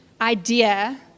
idea